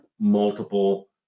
multiple